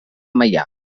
meià